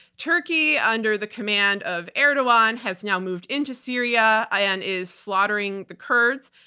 turkey, under the command of erdogan, has now moved into syria and is slaughtering the kurds.